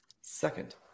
Second